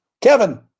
Kevin